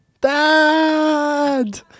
Dad